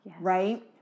right